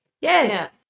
Yes